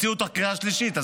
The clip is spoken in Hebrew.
הוציאו אותך בקריאה השלישית.